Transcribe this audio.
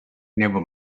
never